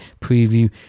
preview